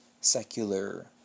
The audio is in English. secular